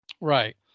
Right